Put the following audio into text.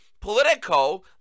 Politico